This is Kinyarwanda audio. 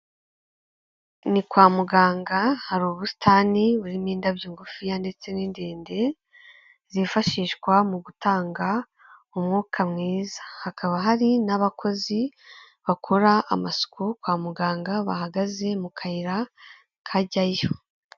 Ni kwa muganga hari ubusitani burimo indabyo ngufiya ndetse n'indende, zifashishwa mu gutanga umwuka mwiza. Hakaba hari n'abakozi bakora amasuku kwa muganga bahagaze mu kayira kajyayo.